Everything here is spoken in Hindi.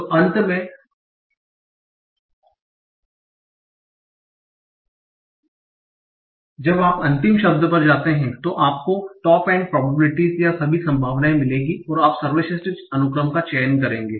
तो अंत में जब आप अंतिम शब्द पर जाते हैं तो आपको टॉप एंड प्रोबेबिलिटीस या सभी संभावनाएं मिलेंगी और आप सर्वश्रेष्ठ अनुक्रम का चयन करेंगे